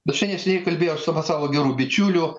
bet čia neseniai kalbėjau su vat savo geru bičiuliu